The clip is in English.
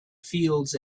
fields